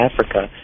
Africa